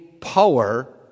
power